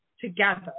together